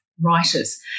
writers